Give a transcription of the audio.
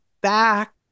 back